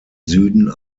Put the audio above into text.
süden